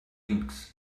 things